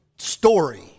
story